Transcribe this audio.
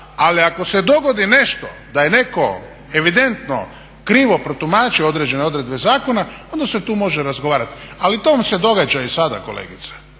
Ali ako se dogodi nešto da je netko evidentno krivo protumačio određene odredbe zakona onda se tu može razgovarati. Ali to vam se događa i sada kolegice